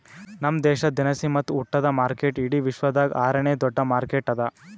ನಮ್ ದೇಶ ದಿನಸಿ ಮತ್ತ ಉಟ್ಟದ ಮಾರ್ಕೆಟ್ ಇಡಿ ವಿಶ್ವದಾಗ್ ಆರ ನೇ ದೊಡ್ಡ ಮಾರ್ಕೆಟ್ ಅದಾ